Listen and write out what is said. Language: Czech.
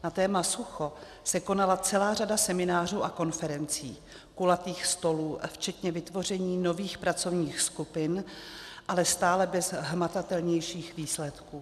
Na téma sucho se konala celá řada seminářů a konferencí, kulatých stolů včetně vytvoření nových pracovních skupin, ale stále bez hmatatelnějších výsledků.